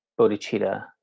bodhicitta